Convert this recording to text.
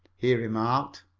he remarked.